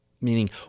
Meaning